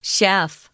Chef